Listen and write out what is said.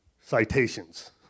citations